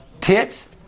Tits